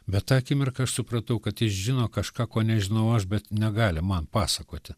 bet tą akimirką aš supratau kad jis žino kažką ko nežinau aš bet negali man pasakoti